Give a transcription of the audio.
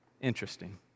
Interesting